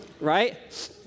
right